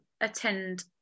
attend